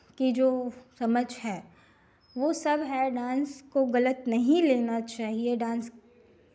कि जो समझ है वो सब है डांस को गलत नहीं लेना चाहिए डांस